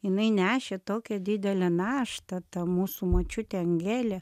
jinai nešė tokią didelę naštą ta mūsų močiutė angelė